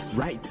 right